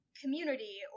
community